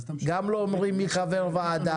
גם לא אומרים מי חבר ועדה,